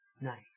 Nice